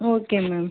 okay ma'am